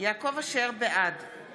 בעד